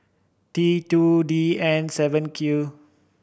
T two D N seven Q